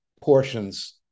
portions